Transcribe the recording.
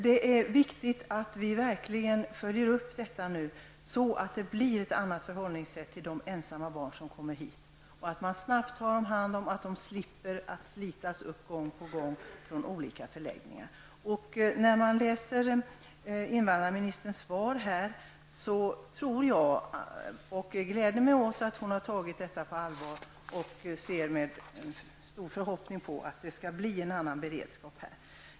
Det är viktigt att vi nu verkligen följer upp detta så att det blir ett annat förhållningssätt till de ensamma barn som kommer hit, att de snabbt tas om hand och att de slipper att slitas upp gång på gång från olika förläggningar. När jag läser invandrarmininsterns svar gläder jag mig åt att hon har tagit detta på allvar och har förhoppningen att det skall bli en annan beredskap.